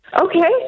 Okay